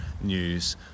news